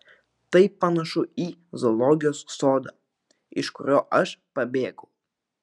tai panašu į zoologijos sodą iš kurio aš pabėgau